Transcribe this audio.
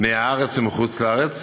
מהארץ ומחוץ-לארץ